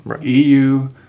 EU